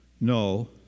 No